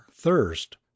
thirst